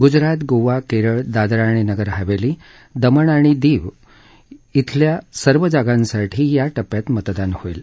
ग्जरात गोवा केरळ दादरा आणि नगर हवेली दमण आणि दीव मधल्या सर्व जागांसाठी या टप्प्यात मतदान होईल